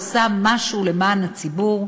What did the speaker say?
שבאה ועושה משהו למען הציבור,